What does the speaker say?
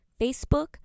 Facebook